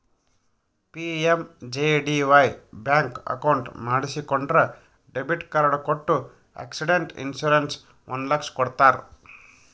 PMJDY bank account ಮಾಡಿಸಿಕೊಂಡ್ರ debit card ಕೊಟ್ಟು accident insurance ಒಂದ್ ಲಕ್ಷ ಕೊಡ್ತಾರ್